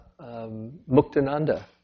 Muktananda